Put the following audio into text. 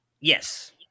Yes